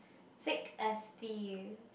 fake S_P